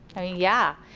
i mean yeah,